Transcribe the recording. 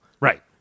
Right